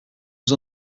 was